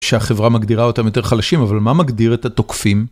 שהחברה מגדירה אותם יותר חלשים, אבל מה מגדיר את התוקפים?